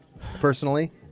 personally